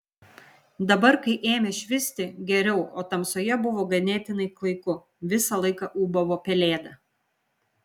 dabar kai ėmė švisti geriau o tamsoje buvo ganėtinai klaiku visą laiką ūbavo pelėda